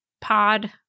pod